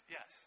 Yes